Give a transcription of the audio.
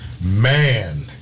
Man